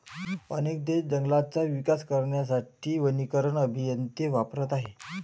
अनेक देश जंगलांचा विकास करण्यासाठी वनीकरण अभियंते वापरत आहेत